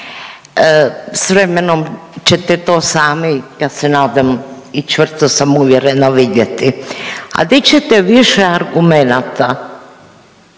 s vremenom ćete to sami ja se nadam i čvrsto sam uvjerena, vidjeti. A di ćete više argumenata